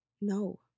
No